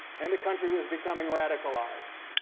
and the country was becoming radicalized.